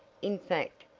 in fact,